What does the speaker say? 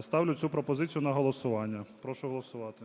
Ставлю цю пропозицію на голосування. Прошу голосувати.